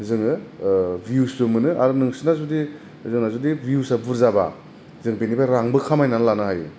जोङो भिउसबो मोनो आरो नोंसिना जुदि भिउसआ बुरजाबा जों बेनिफ्राइ रांबो खामायना लानो हायो